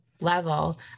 level